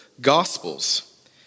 Gospels